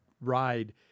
ride